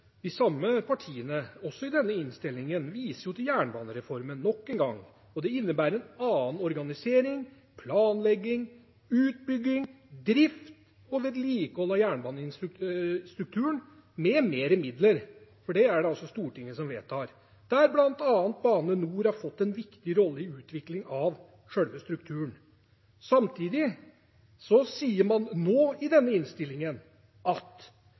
de samme partiene viser også i denne innstillingen nok en gang til jernbanereformen. Det innebærer en annen organisering, planlegging, utbygging, drift og vedlikehold av jernbanestrukturen, med mer midler – for det er det Stortinget som vedtar – der bl.a. Bane NOR har fått en viktig rolle i utviklingen av selve strukturen. Samtidig sier man i innstillingen at